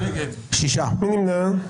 מי נמנע?